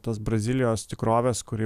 tas brazilijos tikrovės kuri